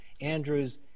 Andrew's